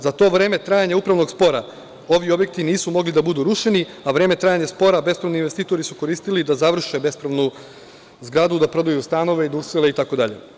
Za to vreme trajanja upravnog spora ovi objekti nisu mogli da budu rušeni, a vreme trajanja spora bespravni investitori su koristili da završe bespravnu zgradu, da prodaju stanove, da usele itd.